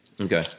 Okay